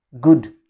Good